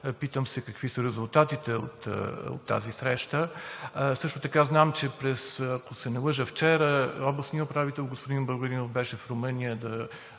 питам се какви са резултатите от тази среща? Също така знам, ако не се лъжа, вчера областният управител – господин Българинов, беше в Румъния да